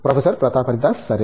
professor Pratap Haridas సరే